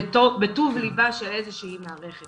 בטוב ליבה של איזושהי מערכת.